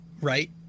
right